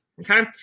okay